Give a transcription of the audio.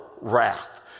wrath